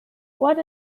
what